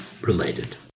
related